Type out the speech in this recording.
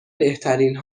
بهترین